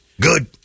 Good